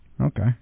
Okay